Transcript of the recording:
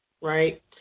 right